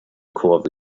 kurve